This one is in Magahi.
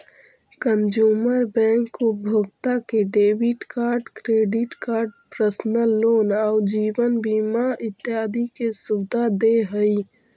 कंजूमर बैंक उपभोक्ता के debit card, credit card, personal loan आउ जीवन बीमा इत्यादि के सुविधा दे हइ